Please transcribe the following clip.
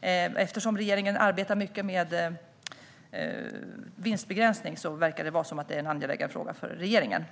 Eftersom regeringen arbetar mycket med vinstbegränsning verkar det vara en angelägen fråga för regeringen.